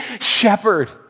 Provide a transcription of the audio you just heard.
shepherd